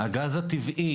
הגז הטבעי